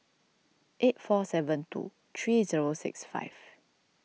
eight four seven two three zero six five